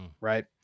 Right